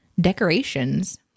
decorations